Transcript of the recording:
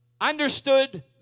understood